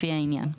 לפי העניין";